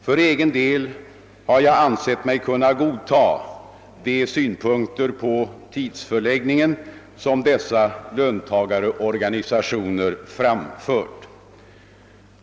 För egen del har jag ansett mig kunna godta de synpunkter på tidsförläggningen som dessa löntagarorganisationer har framfört.